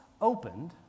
opened